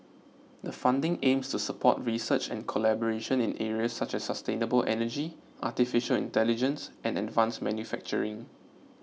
the funding aims to support research and collaboration in areas such as sustainable energy Artificial Intelligence and advanced manufacturing